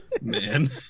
man